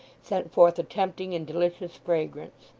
sent forth a tempting and delicious fragrance.